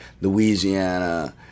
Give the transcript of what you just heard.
Louisiana